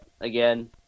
again